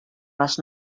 les